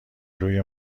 روی